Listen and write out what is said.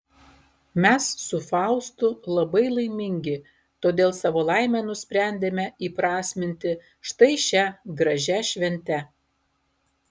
mes su faustu labai laimingi todėl savo laimę nusprendėme įprasminti štai šia gražia švente